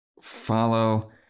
Follow